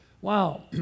Wow